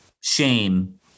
shame